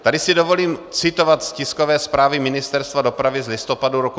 Tady si dovolím citovat z tiskové zprávy Ministerstva dopravy z listopadu roku 2017.